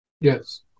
Yes